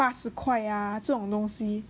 八十块 ah 这种东西